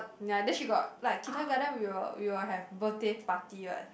ya then she got like kindergarten we will we will have birthday party what